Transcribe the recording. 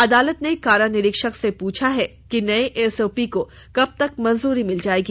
अदालत ने कारा निरीक्षक से पूछा है कि नए एसओपी को कब तक मंजूरी मिल जाएगी